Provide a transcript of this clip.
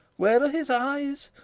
where are his eyes?